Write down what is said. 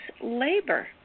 labor